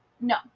No